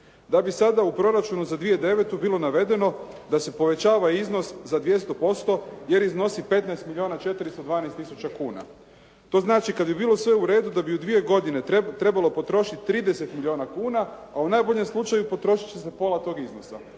da bi sada u proračunu za 2009. bilo navedeno da se povećava iznos za 200% jer iznosi 15 milijuna 412 tisuća kuna. To znači kad bi bilo sve u redu da bi u dvije godine trebalo potrošiti 30 milijuna kuna, a u najboljem slučaju potrošit će se pola tog iznosa.